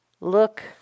look